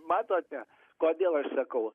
matote kodėl aš sakau